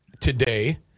today